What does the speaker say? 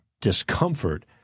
discomfort